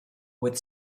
with